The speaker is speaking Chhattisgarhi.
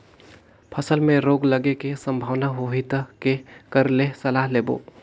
फसल मे रोग लगे के संभावना होही ता के कर ले सलाह लेबो?